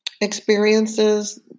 experiences